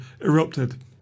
erupted